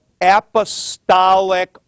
apostolic